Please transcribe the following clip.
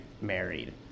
married